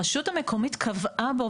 הרשות המקומית קבעה בו,